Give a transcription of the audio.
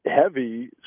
heavy